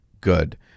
good